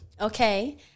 Okay